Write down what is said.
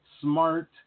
smart